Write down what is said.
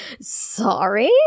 Sorry